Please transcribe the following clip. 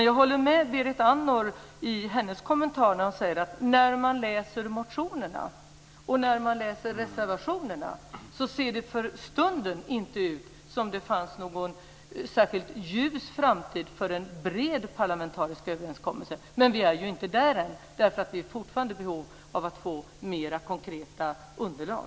Jag håller dock med Berit Andnor: När man läser motionerna och reservationerna ser det för stunden inte ut att finnas någon särskilt ljus framtid för en bred parlamentarisk överenskommelse. Men vi är ju inte där än. Vi har fortfarande behov av att få mer konkreta underlag.